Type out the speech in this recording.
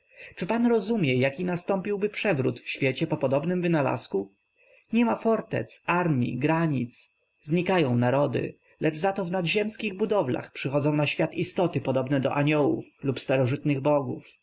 czy pan rozumie jaki nastąpiłby przewrót w świecie po podobnym wynalazku niema fortec armii granic znikają narody lecz za to w nadziemskich budowlach przychodzą na świat istoty podobne do aniołów lub starożytnych bogów